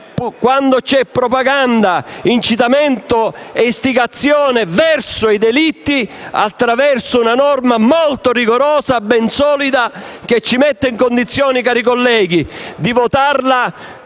quando c'è propaganda, incitamento e istigazione verso i delitti, attraverso una norma molto rigorosa, ben solida, che ci mette in condizione, cari colleghi, di votarla